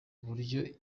uburyo